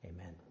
Amen